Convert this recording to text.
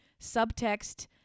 subtext